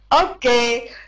Okay